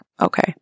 okay